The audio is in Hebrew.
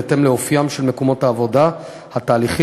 בהתאם לאופיים של מקומות העבודה והתהליכים,